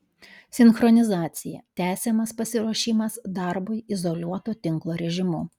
sinchronizacija tęsiamas pasiruošimas darbui izoliuoto tinklo režimu